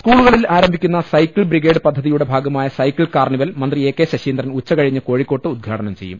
സ്കൂളുകളിൽ ആരംഭിക്കുന്ന cycle brigade പദ്ധതി യുടെ ഭാഗമായ സൈക്കിൾ കാർണിവൽ മന്ത്രി എ കെ ശശീന്ദ്രൻ ഉച്ച കഴിഞ്ഞ് കോഴിക്കോട്ട് ഉദ്ഘാടനം ചെയ്യും